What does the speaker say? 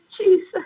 Jesus